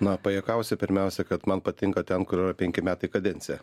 na pajuokausiu pirmiausia kad man patinka ten kur yra penki metai kadencija